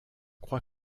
crois